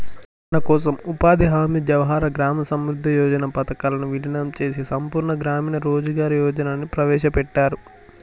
మనకోసం ఉపాధి హామీ జవహర్ గ్రామ సమృద్ధి యోజన పథకాలను వీలినం చేసి సంపూర్ణ గ్రామీణ రోజ్గార్ యోజనని ప్రవేశపెట్టారు